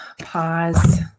pause